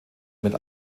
mit